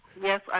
yes